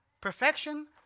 perfection